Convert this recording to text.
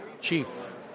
chief